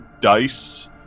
dice